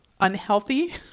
unhealthy